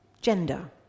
gender